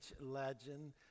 legend